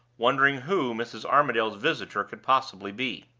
wondering who mrs. armadale's visitor could possibly be.